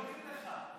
אומרים לך,